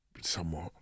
somewhat